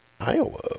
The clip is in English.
Iowa